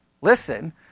listen